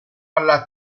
alla